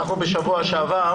בשבוע שעבר